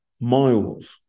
miles